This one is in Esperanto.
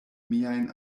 miajn